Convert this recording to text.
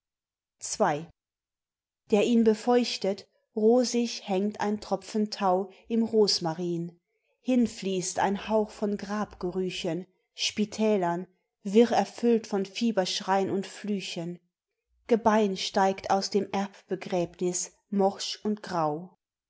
der ihn befeuchtet rosig hängt ein tropfen tau im rosmarin hinfließt ein hauch von grabgerüchen spitälern wirr erfüllt von fieberschrein und flüchen gebein steigt aus dem erbbegräbnis morsch und grau